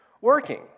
working